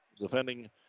Defending